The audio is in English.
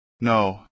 No